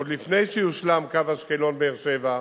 עוד לפני שיושלם קו אשקלון באר-שבע,